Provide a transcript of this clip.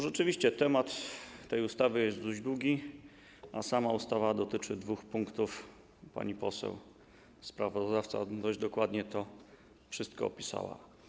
Rzeczywiście temat tej ustawy jest dość długi, a sama ustawa dotyczy dwóch punktów - pani poseł sprawozdawca dość dokładnie to wszystko opisała.